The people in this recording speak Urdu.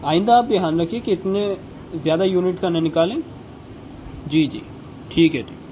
آئندہ آپ دیھان رکھیے کہ اتنے زیادہ یونٹ کا نہیں نکالیں جی جی ٹھیک ہے ٹھیک